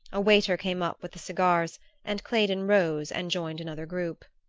a waiter came up with the cigars and claydon rose and joined another group.